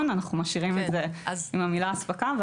אנחנו משאירים את זה עם המילה הספקה,